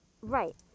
Right